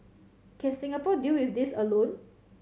can Singapore deal with this alone